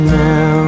now